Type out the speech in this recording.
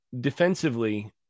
defensively